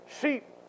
sheep